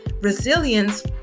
resilience